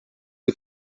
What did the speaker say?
que